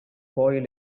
boy